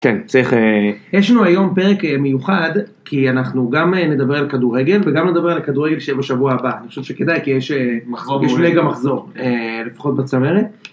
יש לנו היום פרק מיוחד כי אנחנו גם נדבר על כדורגל וגם נדבר על כדורגל שבשבוע הבא אני חושב שכדאי כי יש לגה מחזור לפחות בצמרת.